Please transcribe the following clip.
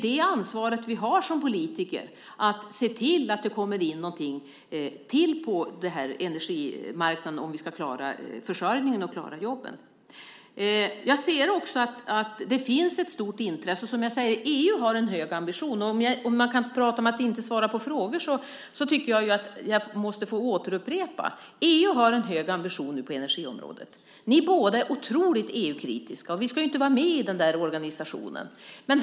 Som politiker har vi ansvaret att se till att det kommer in något mer på energimarknaden om vi ska klara försörjningen och jobben. Ni pratar om att inte svara på frågor. Jag måste återupprepa: EU har en hög ambition på energiområdet. Ni är båda otroligt EU-kritiska. Vi ska inte vara med i den där organisationen.